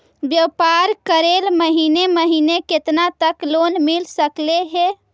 व्यापार करेल महिने महिने केतना तक लोन मिल सकले हे?